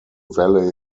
valley